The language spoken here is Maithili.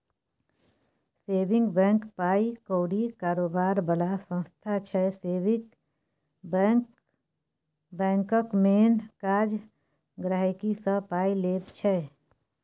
सेबिंग बैंक पाइ कौरी कारोबार बला संस्था छै सेबिंग बैंकक मेन काज गांहिकीसँ पाइ लेब छै